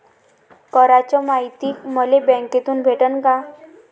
कराच मायती मले बँकेतून भेटन का?